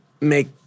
make